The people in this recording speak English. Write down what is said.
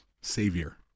Savior